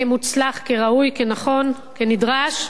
כמוצלח, כראוי, כנכון, כנדרש,